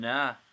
Nah